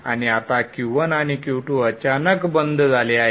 आणि आता Q1 आणि Q2 अचानक बंद झाले आहेत